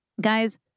guys